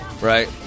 right